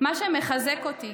מה שמחזק אותי